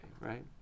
right